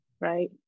right